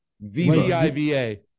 V-I-V-A